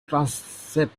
transept